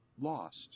lost